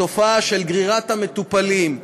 התופעה של גרירת המטופלים.